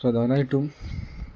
പ്രധാനമായിട്ടും